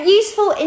useful